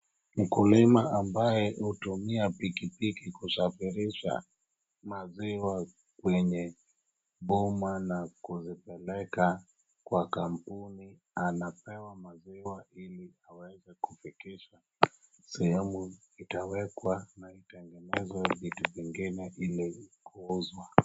Mkulima ambaye hutumia pikipiki kusafirisha maziwa kwenye boma na kuzipeleka kwa kampuni , anapewa maziwa iliaweze kufikisha sehemu itawekwa na itengenezwe vitu vingine ili kuuzwa.